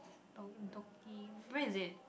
Don Donki where is it